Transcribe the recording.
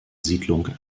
siedlung